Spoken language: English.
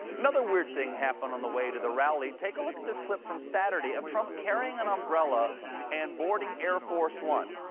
another weird thing happened on the way to the rally. take a look at this clip from saturday, of trump carrying an umbrella and boarding air force one.